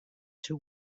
two